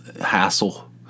hassle